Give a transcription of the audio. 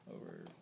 over